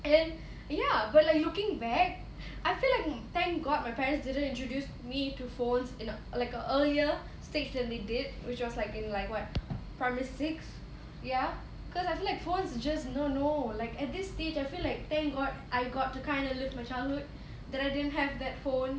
and then ya but like looking back I feel like thank god my parents didn't introduce me to phones you know like a earlier stage than they did which was like in like what primary six ya cause I feel like phones just no no like at this stage I feel like thank god I got to kind of live my childhood that I didn't have that phone